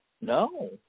no